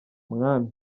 mwami